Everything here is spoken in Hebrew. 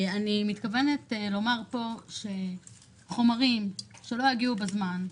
אני מתכוונת לומר פה שחומרים שלא יגיעו בזמן,